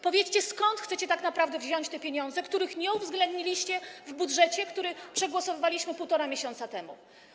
Powiedzcie, skąd chcecie tak naprawdę wziąć te pieniądze, których nie uwzględniliście w budżecie, który przegłosowaliśmy 1,5 miesiąca temu.